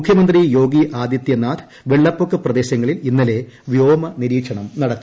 മുഖ്യമന്ത്രി യോഗി ആദിത്യനാഥ് വെള്ളപ്പൊക്ക പ്രദേശങ്ങളിൽ ഇന്റനലെ വ്യോമനിരീക്ഷണം നടത്തി